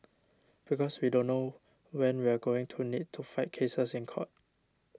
because we don't know when we are going to need to fight cases in court